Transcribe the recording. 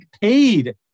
paid